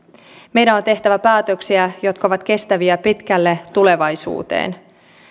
meidän on tehtävä päätöksiä jotka ovat kestäviä pitkälle tulevaisuuteen